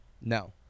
No